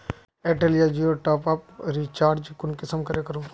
Airtel या जियोर top up recharge कुंसम करे करूम?